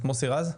הכנסת מוסי רז.